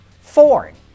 Ford